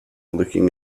looking